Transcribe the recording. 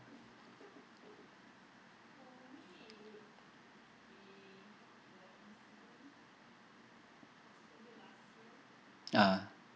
ah